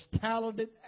talented